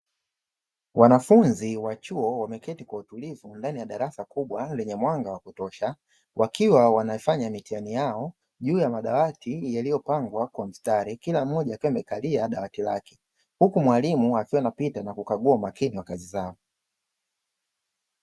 Wanafunzi wa chuo wameketi kwa utulivu ndani ya darasa kubwa lenye mwanga wa kutosha, wakiwa wanafanya mitihani yao juu ya madawati yaliyopangwa kwa mstari kila mmoja akiwa amekalia dawati lake, huku mwalimu akiwa anapita na kukagua makini kazi zao.